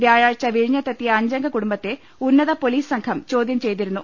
വ്യാഴാഴ്ച വിഴിഞ്ഞത്തെ ത്തിയ അഞ്ചംഗ കുടുംബ ത്തെ ഉന്നതപൊലീസ് സംഘം ചോദൃം ചെയ്തിരുന്നു